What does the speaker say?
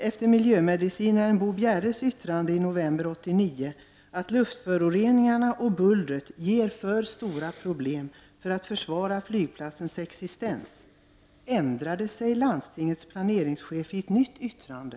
Efter miljömedicinaren Bo Bjerres yttrande i november 1989, att luftföroreningarna och bullret skulle ge för stora problem för att det skulle vara möjligt att försvara flygplatsens existens, ändrade sig landstingets planeringschef i ett nytt yttrande.